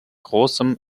großem